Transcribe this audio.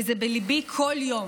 וזה בליבי כל יום.